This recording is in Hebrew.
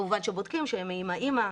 כמובן שבודקים שהם עם האמא,